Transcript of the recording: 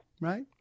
right